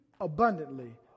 abundantly